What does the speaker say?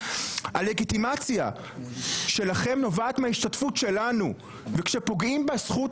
הלגיטימציה שלכם נובעת מההשתתפות שלנו וכאשר פוגעים בזכות